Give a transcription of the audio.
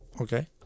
Okay